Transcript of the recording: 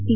T